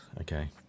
Okay